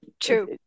True